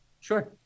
Sure